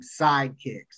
sidekicks